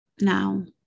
now